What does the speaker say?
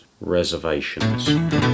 Reservations